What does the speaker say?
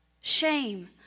Shame